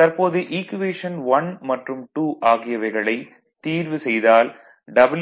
தற்போது ஈக்குவேஷன் 1 மற்றும் 2 ஆகியவைகளை தீர்வு செய்தால்